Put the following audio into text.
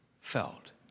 felt